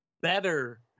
better